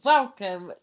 Welcome